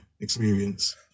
experience